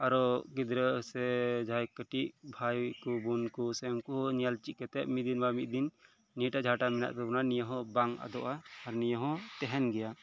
ᱟᱨᱚ ᱜᱤᱫᱽᱨᱟᱹ ᱥᱮ ᱡᱟᱦᱟᱸᱭ ᱠᱟᱴᱤᱡ ᱵᱷᱟᱭ ᱠᱚ ᱵᱳᱱ ᱠᱚ ᱩᱝᱠᱩ ᱦᱚᱸ ᱧᱮᱞ ᱪᱮᱫ ᱠᱟᱛᱮᱫ ᱢᱤᱫ ᱫᱤᱱ ᱵᱟᱝ ᱢᱤᱫ ᱫᱤᱱ ᱱᱤᱭᱟᱹᱴᱟᱜ ᱡᱟᱦᱟᱸᱴᱟᱜ ᱢᱮᱱᱟᱜ ᱛᱟᱵᱚᱱᱟ ᱱᱤᱭᱟᱹ ᱦᱚᱸ ᱵᱟᱝ ᱟᱫᱚᱜᱼᱟ ᱟᱨ ᱱᱤᱭᱟᱹ ᱦᱚᱸ ᱛᱟᱦᱮᱱ ᱜᱮᱭᱟ